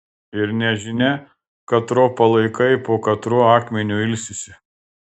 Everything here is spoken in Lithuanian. ir nežinia katro palaikai po katruo akmeniu ilsisi